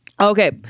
okay